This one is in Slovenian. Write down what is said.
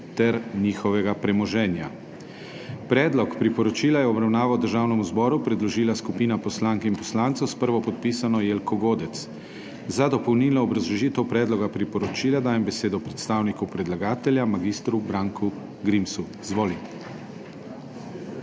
TER NJIHOVEGA PREMOŽENJA.** Predlog priporočila je v obravnavo Državnemu zboru predložila skupina poslank in poslancev, s prvopodpisano Jelko Godec. Za dopolnilno obrazložitev predloga priporočila dajem besedo predstavniku predlagatelja, mag. Branku Grimsu. Izvoli.